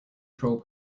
troll